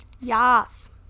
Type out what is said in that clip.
Yes